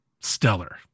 stellar